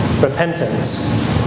Repentance